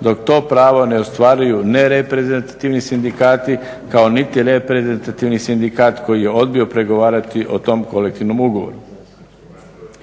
dok to pravo ne ostvaruju nereprezentativni sindikati kao niti neprezentativni sindikat koji je odbio pregovarati o tom kolektivnom ugovoru.